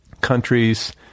countries